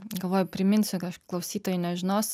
galvoju priminsiu klausytojai nežinos